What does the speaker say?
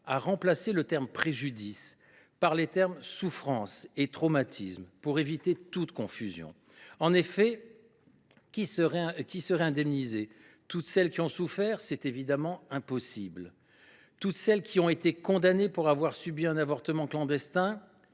remplacé le terme « préjudice » par les termes « souffrances » et « traumatismes » afin d’éviter toute confusion. En effet, qui serait indemnisé ? Toutes celles qui ont souffert ? C’est évidemment impossible. Toutes celles qui ont été condamnées pour avoir subi un avortement clandestin ?